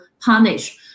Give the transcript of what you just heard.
punish